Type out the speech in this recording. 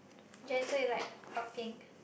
Jen so you like hot pink